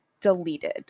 deleted